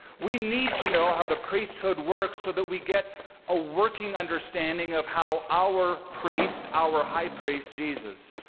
we need to know how the priesthood works so that we get a working understanding of how our priest, our high priest, jesus,